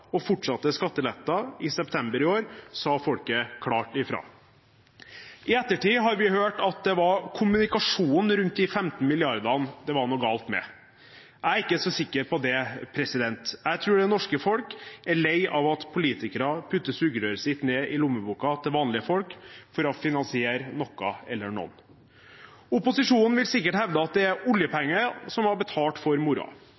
og fortsatte skatteletter i september i år sa folket klart fra. I ettertid har vi hørt at det var kommunikasjonen rundt de 15 milliardene det var noe galt med. Jeg er ikke så sikker på det. Jeg tror det norske folk er lei av at politikere putter sugerøret ned i lommeboka til vanlige folk for å finansiere noe eller noen. Opposisjonen vil sikkert hevde at det er oljepenger som har betalt for